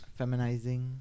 feminizing